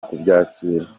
kubyakira